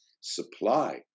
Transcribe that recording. supply